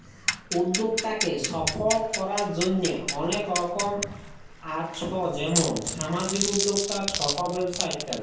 উদ্যক্তাকে সফল করার জন্হে অলেক রকম আছ যেমন সামাজিক উদ্যক্তা, ছট ব্যবসা ইত্যাদি